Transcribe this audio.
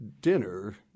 dinner –